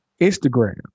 Instagram